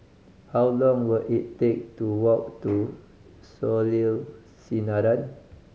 how long will it take to walk to Soleil Sinaran